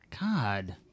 God